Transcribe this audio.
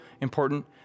important